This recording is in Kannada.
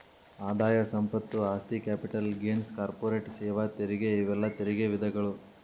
ಆದಾಯ ಸಂಪತ್ತು ಆಸ್ತಿ ಕ್ಯಾಪಿಟಲ್ ಗೇನ್ಸ್ ಕಾರ್ಪೊರೇಟ್ ಸೇವಾ ತೆರಿಗೆ ಇವೆಲ್ಲಾ ತೆರಿಗೆ ವಿಧಗಳು